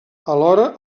alhora